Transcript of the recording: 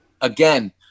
Again